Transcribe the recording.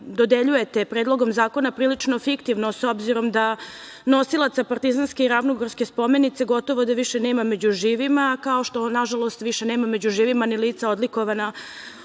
dodeljujete Predlogom zakona prilično fiktivno, s obzirom da nosilaca Partizanske i Ravnogorske spomenice gotovo da više nema među živima, kao što, nažalost, više nema među živima ni lica odlikovana